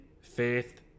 faith